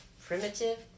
primitive